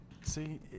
See